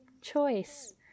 choice